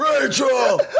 Rachel